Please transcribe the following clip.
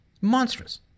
Monstrous